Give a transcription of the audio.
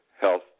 health